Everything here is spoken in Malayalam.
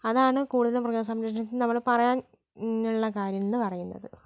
അതാണ് കൂടുതലും മൃഗസംരക്ഷണത്തിൽ നമ്മൾ പറയാനുള്ള കാര്യം എന്ന് പറയുന്നത്